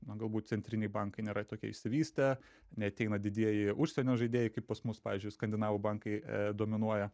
na galbūt centriniai bankai nėra tokie išsivystę neateina didieji užsienio žaidėjai kaip pas mus pavyzdžiui skandinavų bankai dominuoja